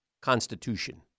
Constitution